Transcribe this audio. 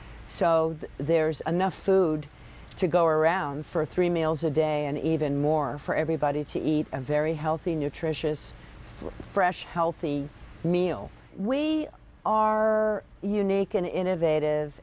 so there's enough food to go around for three meals a day and even more for everybody to eat a very healthy nutritious fresh healthy meal we are unique and innovative